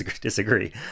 disagree